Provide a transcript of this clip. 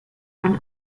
and